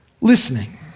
listening